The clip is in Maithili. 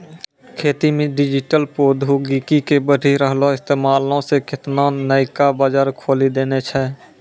खेती मे डिजिटल प्रौद्योगिकी के बढ़ि रहलो इस्तेमालो से केतना नयका बजार खोलि देने छै